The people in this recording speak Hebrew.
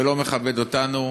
זה לא מכבד אותנו.